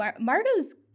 Margo's